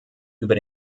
über